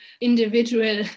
individual